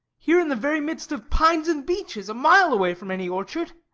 here in the very midst of pines and beeches, a mile away from any orchard.